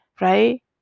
right